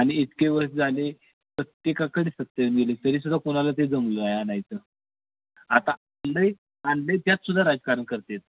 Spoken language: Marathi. आणि इतके वर्ष झाले प्रत्येकाकडे सत्ता गेली तरीसुद्धा कोणाला ते जमलं नाही आणायचं आता लय आणलं आहे त्यात सुद्धा राजकारण करतात